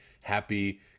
happy